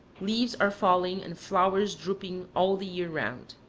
leaves are falling and flowers drooping all the year round.